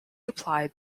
applied